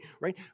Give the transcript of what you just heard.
right